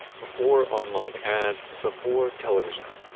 before online ads, before television,